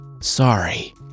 sorry